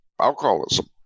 alcoholism